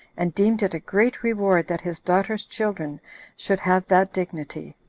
and deemed it a great reward that his daughter's children should have that dignity